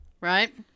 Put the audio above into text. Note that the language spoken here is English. Right